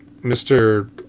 Mr